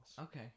Okay